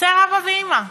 חסרים אבא ואימא,